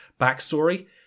backstory